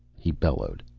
he bellowed.